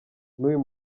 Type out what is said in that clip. n’uyu